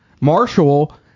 Marshall